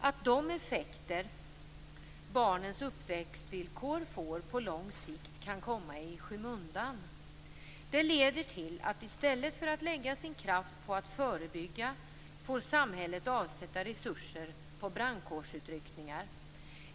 att de effekter barnens uppväxtvillkor får på lång sikt kan komma i skymundan. Det leder till att i stället för att lägga sin kraft på att förebygga får samhället avsätta resurser på brandkårsutryckningar.